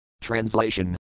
Translation